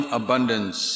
abundance